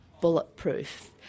bulletproof